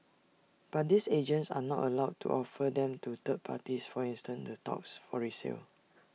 but these agents are not allowed to offer them to third parties for instance the touts for resale